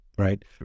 Right